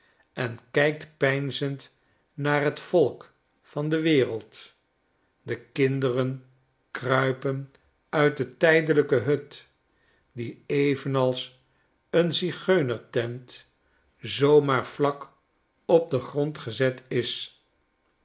en kijkt peinzend naar t volk van de wereld dekinderen kruipen uit de tijdelijke hut die evenals een zigeunerstent zoo maar vlak op den grond gezet is